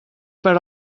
per